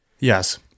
Yes